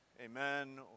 amen